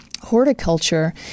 horticulture